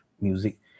music